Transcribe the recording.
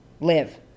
live